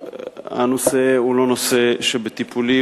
הנושא הוא לא נושא שבטיפולי.